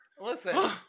Listen